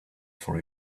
for